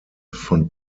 von